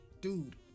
dude